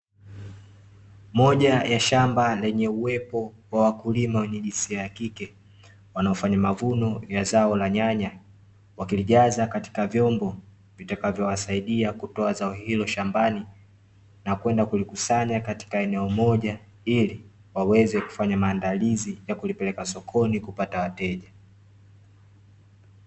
Moja ya shamba lenye uwepo wa wakulima wenye jinsia ya kike wanaofanya mavuno ya zao la nyanya, wakilijaza katika vyombo vitakavyowasaidia kutoa zao hilo shambani na kwenda kulikusanya katika eneo moja, ili waweze kufanya maandalizi ya kulipeleka sokoni kupata wateja.